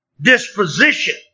disposition